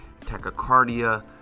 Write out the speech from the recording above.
tachycardia